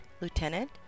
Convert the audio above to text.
Lieutenant